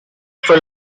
for